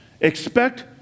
Expect